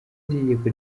itegeko